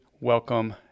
Welcome